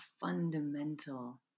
fundamental